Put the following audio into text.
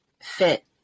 fit